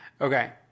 Okay